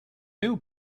new